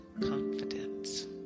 confidence